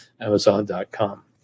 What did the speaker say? amazon.com